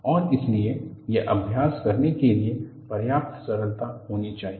और इसलिए यह अभ्यास करने के लिए पर्याप्त सरलता होना चाहिए